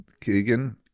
Keegan